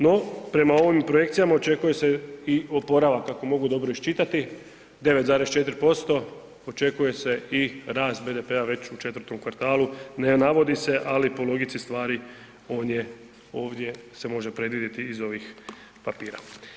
No, prema ovim projekcijama očekuje se i oporavak ako mogu dobro iščitati 9,4% očekuje se i rast BDP-a već u 4 kvartalu, ne navodi se, ali po logici stvari on je se može predvidjeti iz ovih papira.